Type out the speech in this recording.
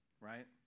right